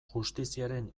justiziaren